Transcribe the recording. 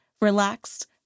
relaxed